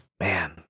man